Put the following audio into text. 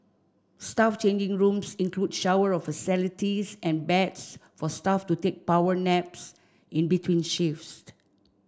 staff changing rooms include shower of facilities and beds for staff to take power naps in between shifts